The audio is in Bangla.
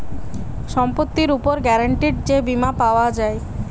সম্পত্তির উপর গ্যারান্টিড যে বীমা পাওয়া যায়